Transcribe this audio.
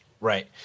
Right